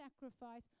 sacrifice